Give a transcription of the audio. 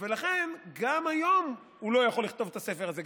ולכן גם היום הוא לא יכול לכתוב את הספר הזה.